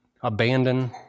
abandon